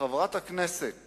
חברת הכנסת